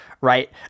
right